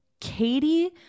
katie